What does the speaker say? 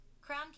Crown